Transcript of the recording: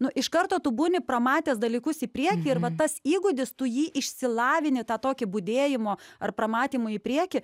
nu iš karto tu būni pramatęs dalykus į priekį ir va tas įgūdis tu jį išsilavini tą tokį budėjimo ar pramatymo į priekį